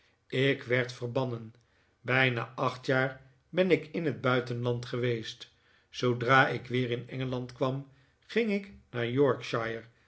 ik werd verbannen bijna acht jaar ben ik in het buitenland geweest zoodra ik weer in engeland kwam ging ik naar yorkshire